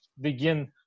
begin